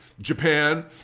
Japan